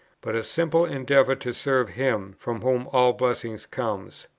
but a simple endeavour to serve him, from whom all blessing comes?